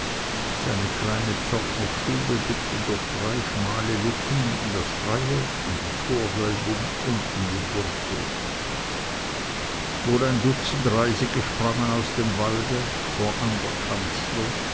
seine kleine pförtnerstube blickte durch drei schmale luken in das freie in die torwölbung und in den burghof wohl ein dutzend reisige sprengten aus dem walde